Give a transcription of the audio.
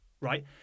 right